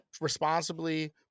responsibly